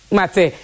Mate